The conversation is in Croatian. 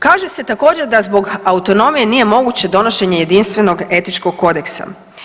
Kaže se također da zbog autonomije nije moguće donošenje jedinstvenog etičkog kodeksa.